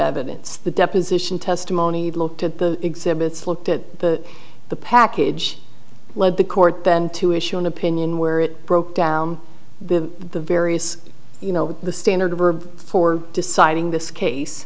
evidence the deposition testimony looked at the exhibits looked at the the package led the court then to issue an opinion where it broke down the various you know the standard for deciding this case